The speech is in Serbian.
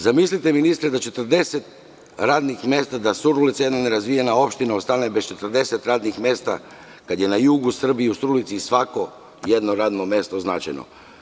Zamislite, ministre, 40 radnih mesta, da Surdulica jedna nerazvijena opština ostane bez 40 radnih mesta, kada je na jugu Srbije svako radno mesto značajno.